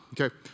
Okay